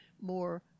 more